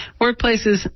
workplaces